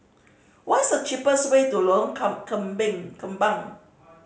what is the cheapest way to Lorong Kembang